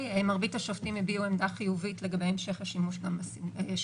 מרבית השופטים הביעו עמדה חיובית לגבי המשך השימוש גם בשגרה,